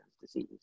disease